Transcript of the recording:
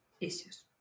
issues